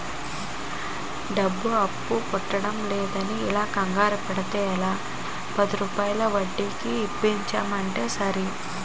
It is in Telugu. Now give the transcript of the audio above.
డబ్బు అప్పు పుట్టడంలేదని ఇలా కంగారు పడితే ఎలా, పదిరూపాయల వడ్డీకి ఇప్పించమంటే సరే